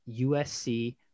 usc